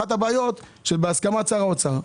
אחת הבעיות שבהסכמת שר האוצר,